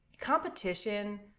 competition